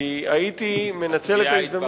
כי הייתי מנצל את ההזדמנות,